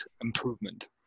improvement